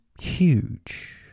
huge